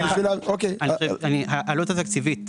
העלות התקציבית,